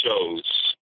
shows